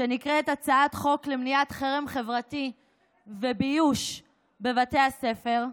שנקראת הצעת חוק למניעת חרם חברתי וביוש בבתי הספר,